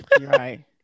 Right